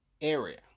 area